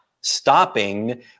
stopping